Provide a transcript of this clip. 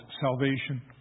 salvation